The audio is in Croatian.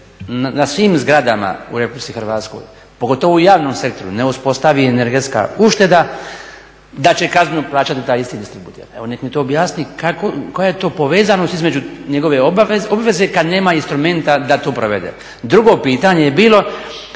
na svim zgradama u Republici Hrvatskoj, pogotovo u javnom sektoru ne uspostavi energetska ušteda, da će kaznu plaćati taj isti distributer. Evo nek' mi to objasni koja je to povezanost između njegove obveze kad nema instrumenta da to provede. Drugo pitanje je bilo